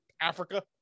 africa